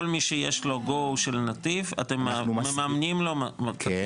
כל מי שיש לו GO של נתיב אתם מממנים לו כרטיס טיסה?